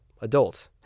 adult